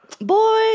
boy